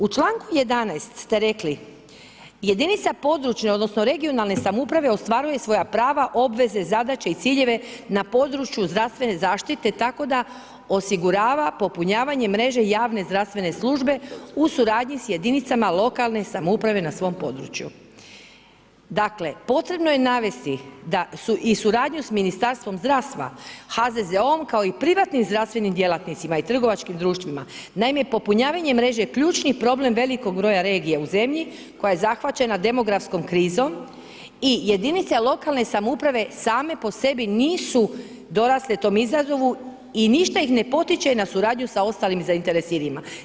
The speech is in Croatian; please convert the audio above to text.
U članku 11. ste rekli: „Jedinica područne odnosno regionalne samouprave ostvaruje svoja prava, obveze, zadaće i ciljeve na području zdravstvene zaštite tako da osigurava popunjavanjem mreže javne zdravstvene službe u suradnji s jedinicama lokalne samouprave na svom području.“ Dakle, potrebno je navesti da su i suradnju s Ministarstvom zdravstva, HZZO-om kao i privatnim zdravstvenim djelatnicima i trgovačkim društvima naime je popunjavanje mreže ključni problem velikog broja regija u zemlji koja je zahvaćena demografskom krizom i jedinice lokalne samouprave same po sebi nisu dorasle tom izazovu i ništa ih ne potiče na suradnju sa ostalim zainteresiranima.